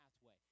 pathway